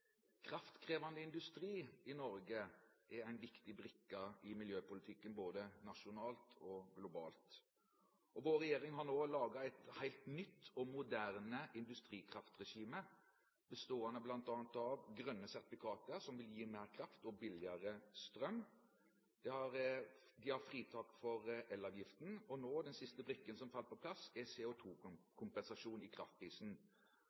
Kraftkrevende industri i Norge er en viktig brikke i miljøpolitikken både nasjonalt og globalt. Vår regjering har nå laget et helt nytt og moderne industrikraftregime bestående bl.a. av grønne sertifikater, som vil gi mer kraft og billigere strøm. De har fritak for elavgiften, og den siste brikken som nå falt på plass, er CO2-kompensasjon i kraftprisen.